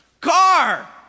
Car